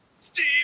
Steve